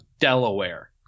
Delaware